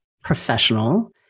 professional